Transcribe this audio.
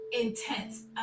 intense